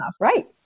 Right